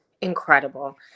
incredible